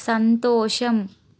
సంతోషం